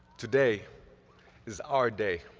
today is our day.